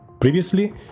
Previously